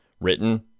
written